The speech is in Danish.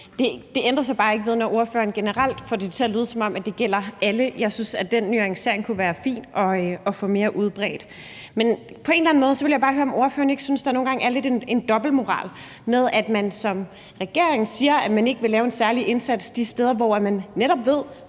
Det ændrer bare ikke ved, at ordføreren generelt får det til at lyde, som om det gælder alle. Jeg synes, at den nuancering kunne være fin at få mere udbredt. Men jeg vil bare høre, om ordføreren ikke på en eller anden måde synes, der nogle gange lidt er en dobbeltmoral i, at man som regering siger, at man ikke vil lave en særlig indsats de steder, hvor vi netop ved